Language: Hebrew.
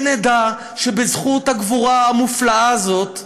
שנדע שבזכות הגבורה המופלאה הזאת,